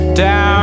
down